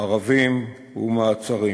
מארבים ומעצרים.